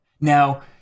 Now